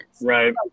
right